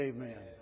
Amen